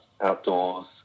outdoors